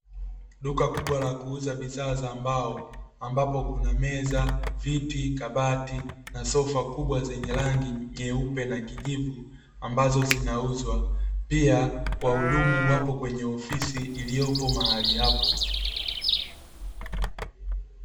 Duka kubwa la kuuza bidhaa za mbao, ambapo kuna meza, viti, kabati na sofa kubwa zenye rangi nyeupe na kijivu ambazo zinauzwa. Pia wahudumu wapo kwenye ofisi iliyopo mahali hapo.